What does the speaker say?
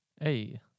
Hey